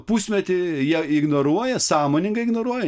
pusmetį jie ignoruoja sąmoningai ignoruoja